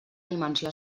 dimensió